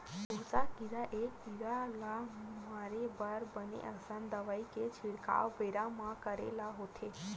भूसा कीरा ए कीरा ल मारे बर बने असन दवई के छिड़काव बेरा म करे ले होथे